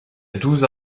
douze